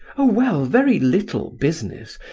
oh well, very little business.